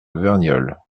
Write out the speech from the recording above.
verniolle